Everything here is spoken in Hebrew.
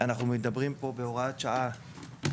אנחנו מדברים פה על הוראת שעה לשנתיים.